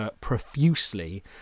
profusely